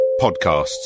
podcasts